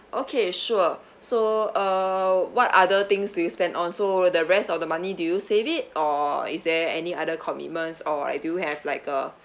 okay sure so uh what other things do you spend on so the rest of the money do you save it or is there any other commitments all I do have like a